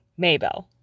Maybell